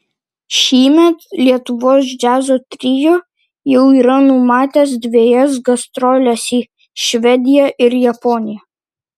šįmet lietuvos džiazo trio jau yra numatęs dvejas gastroles į švediją ir japoniją